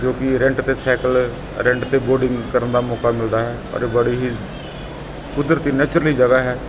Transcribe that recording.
ਜੋ ਕਿ ਰੈਂਟ 'ਤੇ ਸਾਈਕਲ ਰੈਂਟ 'ਤੇ ਬੋਡਿੰਗ ਕਰਨ ਦਾ ਮੌਕਾ ਮਿਲਦਾ ਹੈ ਔਰ ਬੜੀ ਹੀ ਕੁਦਰਤੀ ਨੈਚਰਲੀ ਜਗ੍ਹਾ ਹੈ